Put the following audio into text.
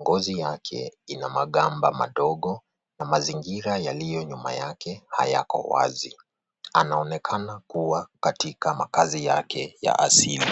Ngozi yake ina magamba madogo na mazingira yaliyo nyuma yake hayako wazi. Anaonekana kuwa katika makazi yake ya asili.